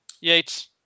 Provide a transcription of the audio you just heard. Yates